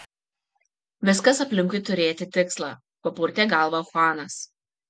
viskas aplinkui turėti tikslą papurtė galvą chuanas